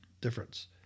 Difference